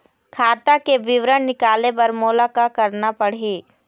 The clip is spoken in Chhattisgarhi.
खाता के विवरण निकाले बर मोला का करना पड़ही?